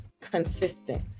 consistent